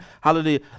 Hallelujah